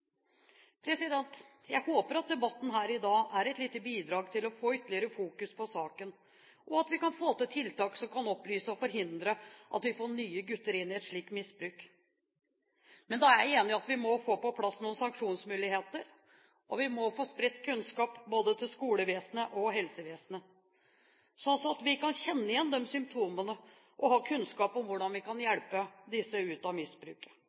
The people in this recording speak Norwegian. Jeg håper at debatten her i dag er et lite bidrag til å få ytterligere fokus på saken, og at vi kan få til tiltak som kan opplyse og forhindre at vi får nye gutter inn i et slikt misbruk. Men da er jeg enig i at vi må få på plass noen sanksjonsmuligheter, og vi må få spredt kunnskap både til skolevesenet og helsevesenet, slik at vi kan kjenne igjen symptomene og ha kunnskap om hvordan vi kan hjelpe disse ut av misbruket.